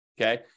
okay